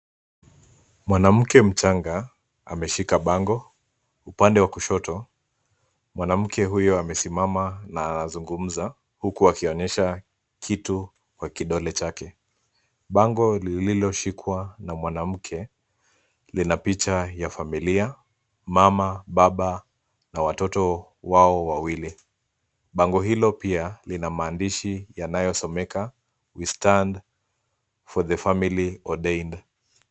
Mwanamke mchanga ameshika bango upande wa kushoto. Mwanamke huyo amesimama na anazungumza huku akionyesha kitu kwa kidole chake. Bango lililoshikewa na mwanamke lina picha ya mama, Baba na watoto wao wawili. Bango hili pia lina maandishi yanayosomeka We stand for the family ordained .